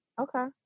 Okay